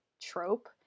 trope